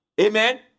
Amen